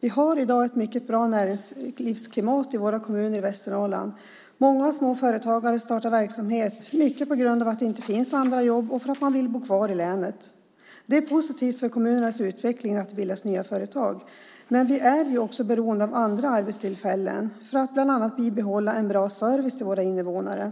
Vi har i dag ett mycket bra näringslivsklimat i våra kommuner i Västernorrland. Många små företagare startar verksamhet mycket på grund av att det inte finns andra jobb och för att man vill bo kvar i länet. Det är positivt för kommunernas utveckling att det bildas nya företag. Men vi är också beroende av andra arbetstillfällen för att bland annat bibehålla en bra service till våra invånare.